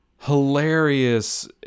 hilarious